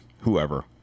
whoever